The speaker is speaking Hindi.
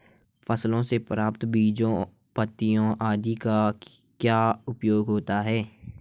फसलों से प्राप्त बीजों पत्तियों आदि का क्या उपयोग होता है?